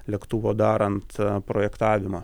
lėktuvo darant projektavimą